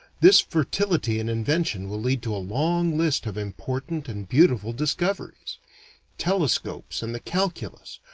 this fertility in invention will lead to a long list of important and beautiful discoveries telescopes and the calculus,